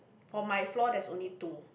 for my floor there's only two